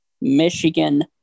Michigan